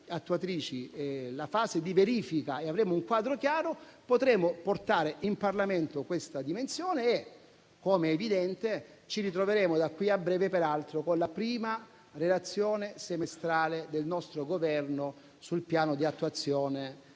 attuatrici e avremo un quadro chiaro, potremo portare in Parlamento questa dimensione e, com'è evidente, ci ritroveremo - da qui a breve, peraltro - con la prima relazione semestrale del nostro Governo sul Piano nazionale